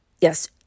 yes